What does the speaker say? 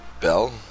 bell